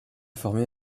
formé